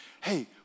hey